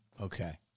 Okay